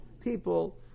people